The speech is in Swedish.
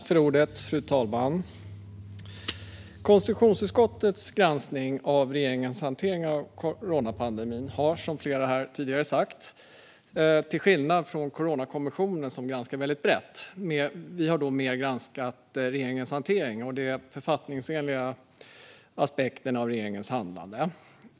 Fru talman! Konstitutionsutskottets granskning av regeringens hantering av coronapandemin skiljer sig, som flera här tidigare sagt, från Coronakommissionen, som granskar väldigt brett. Vi har mer granskat regeringens hantering och de författningsenliga aspekterna av regeringens handlande.